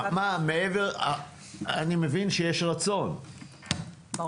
אני מבין שיש רצון, אבל תכל'ס.